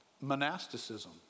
monasticism